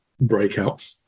breakout